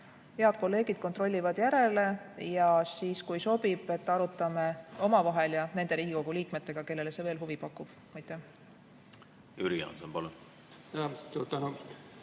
Head kolleegid kontrollivad järele ja kui sobib, siis arutame omavahel ja nende Riigikogu liikmetega, kellele see veel huvi pakub. Suur